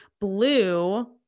blue